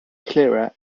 clearer